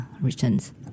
returns